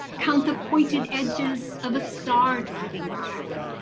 count the pointed edges of a star driving by,